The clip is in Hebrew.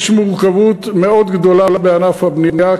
יש מורכבות מאוד גדולה בענף הבנייה,